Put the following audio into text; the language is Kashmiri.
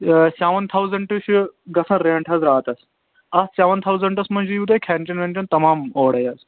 سٮ۪وَن تھاوزَنٛٹہٕ چھِ گژھان رینٛٹ حظ راتَس اَتھ سیٚوَن تھاوزَنٹس منٛز یِیٖوٕ تۅہہِ کھٮ۪ن چٮ۪ن وٮ۪ن چٮ۪ن تَمام اورے حظ